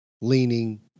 leaning